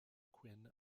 quinn